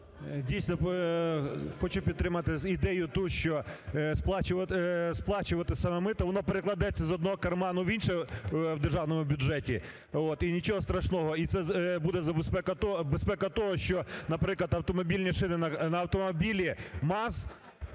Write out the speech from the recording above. Дійсно хочу підтримати ідею ту, що сплачувати саме мито, воно перекладеться з одного карману в інший в державному бюджеті. От. І нічого страшного. І це буде безпека того, що, наприклад, автомобільні шини на автомобілі МАЗ,